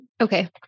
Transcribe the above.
Okay